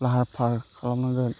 लाहार फाहार खालामनांगोन